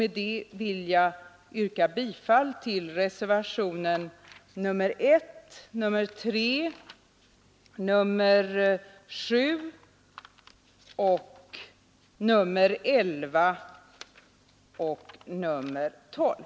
Med det vill jag yrka bifall till reservationerna 1, 3, 7, 9, 11 och 12.